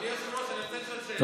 אדוני היושב-ראש, אני רוצה לשאול שאלה.